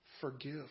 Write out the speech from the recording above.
Forgive